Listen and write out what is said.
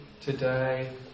today